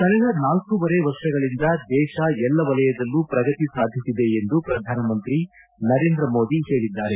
ಕಳೆದ ನಾಲ್ಕೂವರೆ ವರ್ಷಗಳಿಂದ ದೇಶ ಎಲ್ಲ ವಲಯದಲ್ಲೂ ಪ್ರಗತಿ ಸಾಧಿಸಿದೆ ಎಂದು ಪ್ರಧಾನಮಂತ್ರಿ ನರೇಂದ್ರ ಮೋದಿ ಹೇಳಿದ್ದಾರೆ